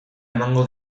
emango